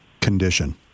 condition